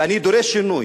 ואני דורש שינוי.